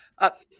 up